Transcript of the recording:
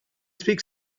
speak